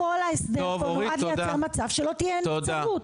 כל ההסדר הוא נועד לייצר מצב שלא תהיה נבצרות.